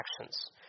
actions